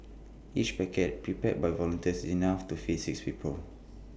each packet prepared by volunteers is enough to feed six people